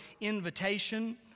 invitation